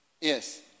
Yes